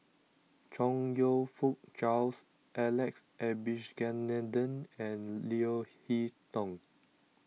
Chong You Fook Charles Alex Abisheganaden and Leo Hee Tong